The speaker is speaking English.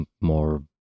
more